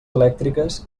elèctriques